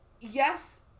yes